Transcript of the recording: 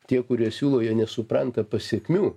tie kurie siūlo jie nesupranta pasekmių